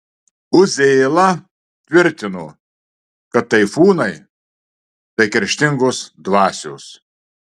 uzėla tvirtino kad taifūnai tai kerštingos dvasios